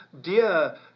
dear